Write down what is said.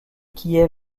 kiev